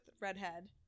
Redhead